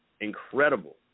incredible